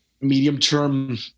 medium-term